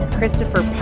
Christopher